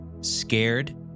scared